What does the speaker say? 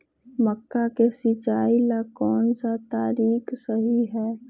मक्का के सिचाई ला कौन सा तरीका सही है?